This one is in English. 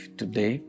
today